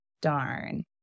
darn